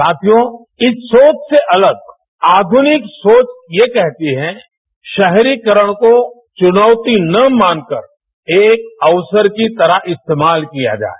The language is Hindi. साथियों इस सोच से अलग आधुनिक सोच यह कहती है शहरीकरण को चुनौती न मानकर एक अवसर की तरह इस्तेमाल किया जाए